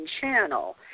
channel